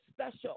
special